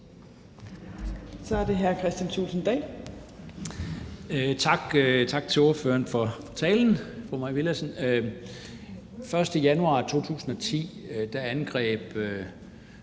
Så er det hr. Kristian Thulesen Dahl.